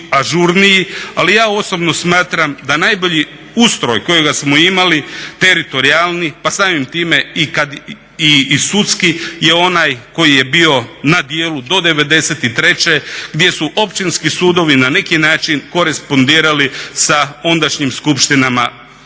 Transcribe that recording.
ali ja osobno smatram da najbolji ustroj kojega smo imali teritorijalni pa samim time i sudski je onaj koji je bio na dijelu do '93. gdje su općinski sudovi na neki način korespondirali sa ondašnjim skupštinama